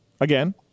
again